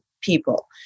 people